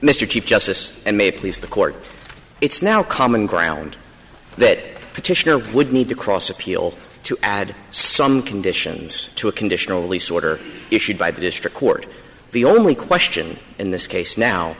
chief justice and may please the court it's now common ground that petitioner would need to cross appeal to add some conditions to a conditional release order issued by the district court the only question in this case now